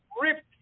ripped